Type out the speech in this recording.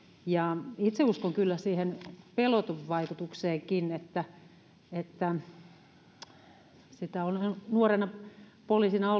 ja itse uskon kyllä siihen pelotevaikutukseenkin onhan sitä nuorena poliisina